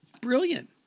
brilliant